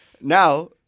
Now